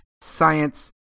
science